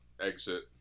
exit